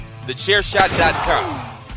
Thechairshot.com